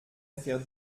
affaire